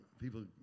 people